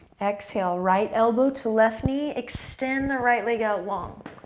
exhale. right elbow to left knee. extend the right leg out long.